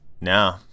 No